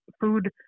food